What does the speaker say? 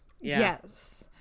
yes